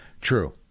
True